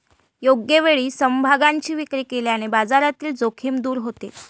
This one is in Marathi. योग्य वेळी समभागांची विक्री केल्याने बाजारातील जोखीम दूर होते